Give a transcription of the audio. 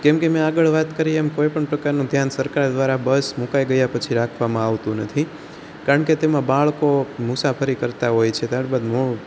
કેમકે મેં આગળ વાત કરી એમ કોઈ પણ પ્રકારનું ધ્યાન સરકાર દ્વારા બસ મૂકાઈ ગયા પછી રાખવામાં આવતું નથી કારણકે તેમાં બાળકો મુસાફરી કરતાં હોય છે ત્યારબાદ મોટ